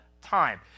time